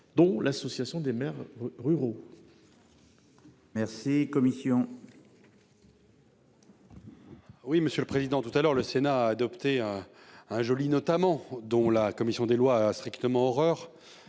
Dont l'Association des maires ruraux. Merci commission. Oui, monsieur le président tout à l'heure, le Sénat a adopté. Un joli notamment dont la commission des lois strictement horreur.